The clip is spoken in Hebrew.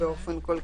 התקנות.